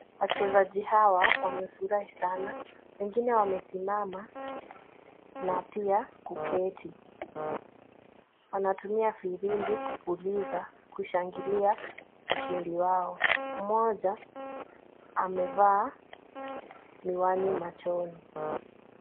Wachezaji hawa wamefurahi sana, wengine wamesimama na pia kuketi, wanatumia firimbi kupuliza kushangilia ushindi wao, mmoja amevaa miwani machoni.